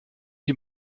die